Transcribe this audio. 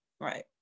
Right